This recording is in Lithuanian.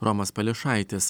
romas pališaitis